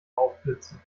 aufblitzen